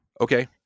Okay